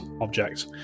object